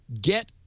get